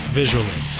visually